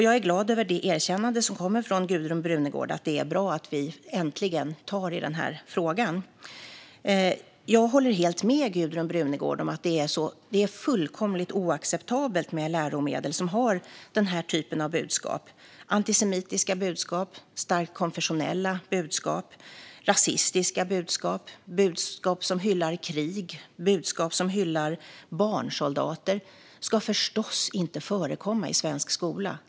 Jag är glad över det erkännande som kommer från Gudrun Brunegård att det är bra att vi äntligen tar upp frågan. Jag håller helt med Gudrun Brunegård om att det är fullkomligt oacceptabelt med läromedel som innehåller den typen av budskap. Antisemitiska budskap, starkt konfessionella budskap, rasistiska budskap, budskap som hyllar krig och budskap som hyllar barnsoldater ska förstås inte förekomma i svensk skola.